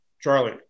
Charlie